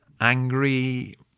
angry